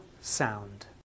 sound